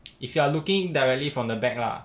if you are looking directly from the back lah